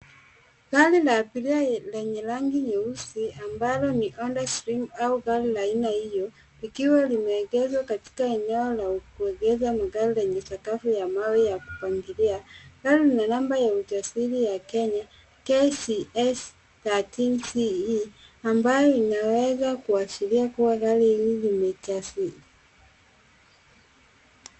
Gari la abiria lenye rangi nyeusi ambalo ni Honda Stream au gari la aina hiyo, likiwa limeegeshwa katika eneo la kuegesha magari lenye sakafu ya mawe ya kupangilia. Gari lina namba ya usajili ya Kenya KCS 136E , ambayo inaweza kuashiria kuwa gari hili limejazi .